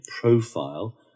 profile